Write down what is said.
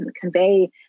convey